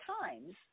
times